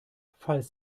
falls